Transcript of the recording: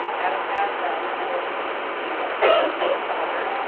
adam has been, and will continue to be, a good husband and father,